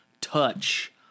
touch